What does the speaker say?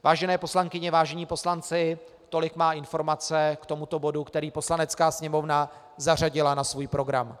Vážené poslankyně, vážení poslanci, tolik má informace k tomuto bodu, který Poslanecká sněmovna zařadila na svůj program.